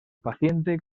paciente